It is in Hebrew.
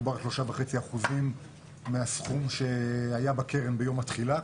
מדובר על 3.5% מהסכום שהיה בקרן ביום התחילה,